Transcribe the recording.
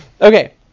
Okay